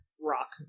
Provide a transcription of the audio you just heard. rock